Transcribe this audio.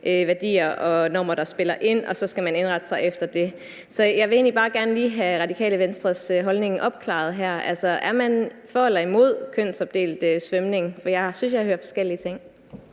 værdier og normer, der spiller ind, og så skal man indrette sig efter det. Så jeg vil egentlig bare gerne lige have opklaret, hvad Radikale Venstres holdning er her. Er man for eller imod kønsopdelt svømning? For jeg synes, jeg hører forskellige ting.